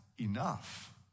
enough